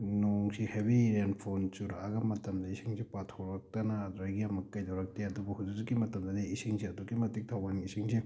ꯅꯣꯡꯁꯤ ꯍꯦꯕꯤ ꯔꯦꯟꯐꯣꯜ ꯆꯨꯔꯛꯂꯒ ꯃꯇꯝꯗ ꯏꯁꯤꯡꯁꯤ ꯄꯥꯊꯣꯔꯛꯇꯅ ꯑꯗꯨꯗꯒꯤ ꯑꯃꯨꯛ ꯀꯩꯗꯧꯔꯛꯀꯦ ꯑꯗꯨꯕꯨ ꯍꯧꯖꯤꯛ ꯍꯧꯖꯤꯛꯀꯤ ꯃꯇꯝꯗꯗꯤ ꯏꯁꯤꯡꯁꯦ ꯑꯗꯨꯛꯀꯤ ꯃꯇꯤꯛ ꯊꯧꯕꯥꯜ ꯏꯁꯤꯡꯁꯦ